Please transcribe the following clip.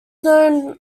known